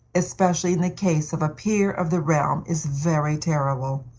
especially in the case of a peer of the realm, is very terrible.